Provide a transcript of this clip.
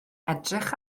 edrych